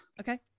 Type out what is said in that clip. Okay